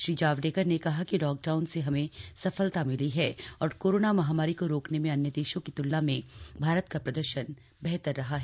श्री जावडेकर ने कहा कि लॉकडाउन से हमें सफलता मिली है और कोरोना महामारी को रोकने में अन्य देशों की तुलना में भारत का प्रदर्शन बेहतर रहा है